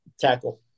tackle